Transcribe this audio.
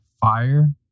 fire